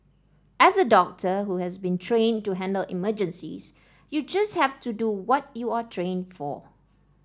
as a doctor who has been trained to handle emergencies you just have to do what you are trained for